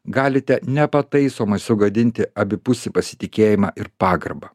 galite nepataisomai sugadinti abipusį pasitikėjimą ir pagarbą